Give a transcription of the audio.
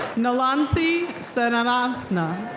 nilanthi senarathna.